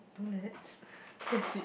don't like that's that's it